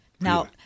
Now